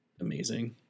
amazing